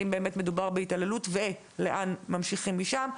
האם באמת מדובר בהתעללות וממשיכים משם,